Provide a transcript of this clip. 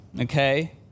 Okay